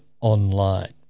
online